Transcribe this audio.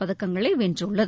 பதக்கங்களை வென்றுள்ளது